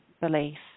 belief